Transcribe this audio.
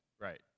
Right